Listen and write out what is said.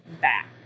back